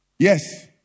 Yes